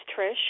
Trish